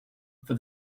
for